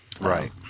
Right